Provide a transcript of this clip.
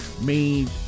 made